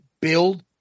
build